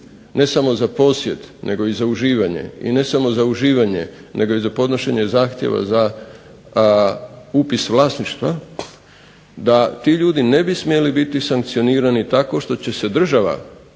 ne samo za posjed, nego i za uživanje i ne samo za uživanje nego i za podnošenje zahtjeva za upis vlasništva da ti ljudi ne bi smjeli biti sankcionirani tako što će se država požuriti